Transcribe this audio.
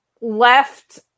left